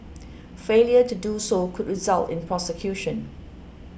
failure to do so could result in prosecution